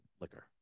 liquor